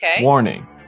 Warning